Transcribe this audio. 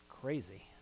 crazy